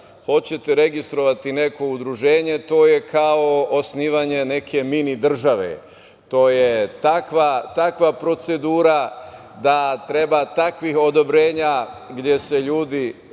hoćete registrovati neko udruženje, to je kao osnivanje neke mini države. To je takva procedura, da treba takvih odobrenja, gde ljudi